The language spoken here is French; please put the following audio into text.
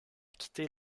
quitter